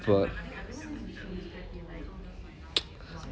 but